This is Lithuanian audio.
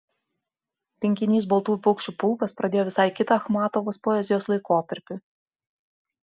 rinkinys baltųjų paukščių pulkas pradėjo visai kitą achmatovos poezijos laikotarpį